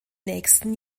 nächsten